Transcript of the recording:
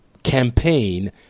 campaign